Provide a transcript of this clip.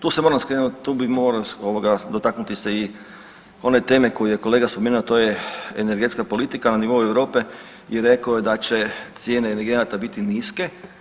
Tu se moram skrenut, tu bi morao ovoga, dotaknuti se i one teme koju je kolega spomenuo, a to je energetska politika na nivou Europe i rekao je da će cijene energenata biti niske.